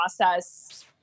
process